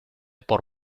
por